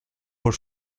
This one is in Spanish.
por